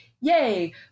yay